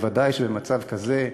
ודאי שבמצב כזה,